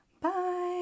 Bye